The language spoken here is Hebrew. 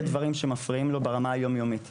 דברים שמפריעים לו ברמה היום-יומית,